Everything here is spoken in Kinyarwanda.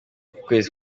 kwezi